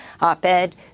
op-ed